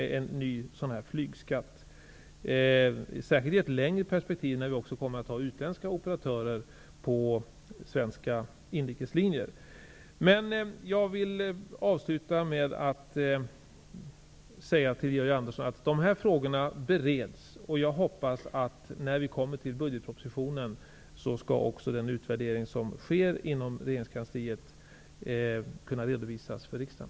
Detta gäller särskilt i ett längre perspektiv, när vi också kommer att ha utländska operatörer på svenska inrikeslinjer. Jag vill avsluta med att säga till Georg Andersson att dessa frågor bereds. Jag hoppas att när vi kommer till budgetpropositionen skall den utvärdering som sker inom regeringskansliet kunna redovisas för riksdagen.